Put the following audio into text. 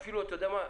אתה יודע מה?